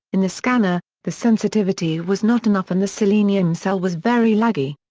in the scanner, the sensitivity was not enough and the selenium cell was very laggy.